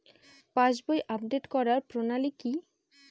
পাসবই update করার প্রণালী কি?